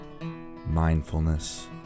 mindfulness